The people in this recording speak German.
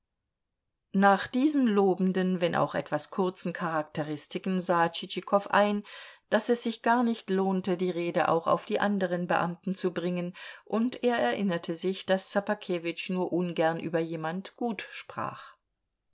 nach diesen lobenden wenn auch etwas kurzen charakteristiken sah tschitschikow ein daß es sich gar nicht lohnte die rede auch auf die anderen beamten zu bringen und er erinnerte sich daß ssobakewitsch nur ungern über jemand gut sprach